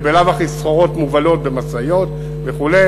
שבלאו הכי סחורות מובלות במשאיות וכו',